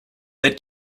they